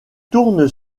tourne